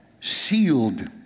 sealed